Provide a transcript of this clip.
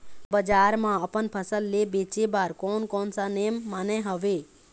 बजार मा अपन फसल ले बेचे बार कोन कौन सा नेम माने हवे?